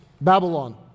Babylon